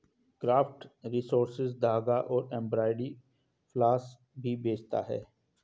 craft resources धागा और embroidery floss भी बेचता है